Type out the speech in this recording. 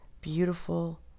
beautiful